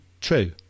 true